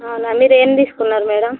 అవునా మీరు ఏమి తీసుకున్నారు మేడం